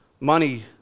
money